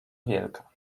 wielka